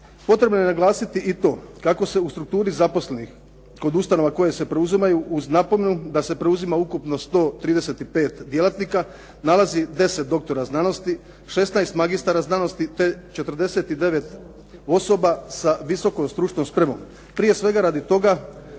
Potrebno je naglasiti i to kako se u strukturi zaposlenih kod ustanova koje se preuzimaju uz napomenu da se preuzima ukupno 135 djelatnika, nalazi 10 doktora znanosti, 16 magistara znanosti te 49 osoba sa visokom stručnom spremom, prije svega radi toga